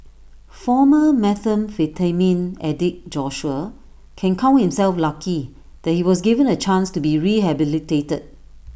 former methamphetamine addict Joshua can count himself lucky that he was given A chance to be rehabilitated